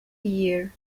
year